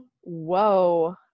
whoa